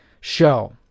show